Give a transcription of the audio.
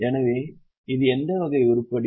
எனவே இது எந்த வகை உருப்படி